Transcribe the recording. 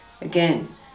Again